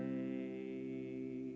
the